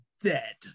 dead